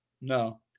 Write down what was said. No